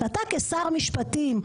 אתה כשר משפטים,